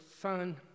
son